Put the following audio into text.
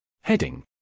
Heading